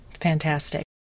Fantastic